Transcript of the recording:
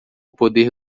poder